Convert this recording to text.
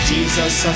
Jesus